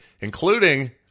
including